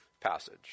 passage